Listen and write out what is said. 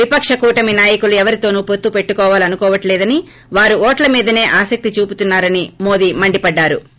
విపక కూటమి నాయకులు ఎవరితోను పొత్తు పెట్టుకోవాలనుకోవట్లేదని వారు ఓట్ల మీదనే ఆసక్తి చూపుతున్నారని మోదీ మండిపడ్డారు